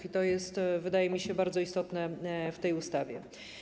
I to jest, wydaje mi się, bardzo istotne w tej ustawie.